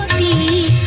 the